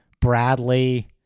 Bradley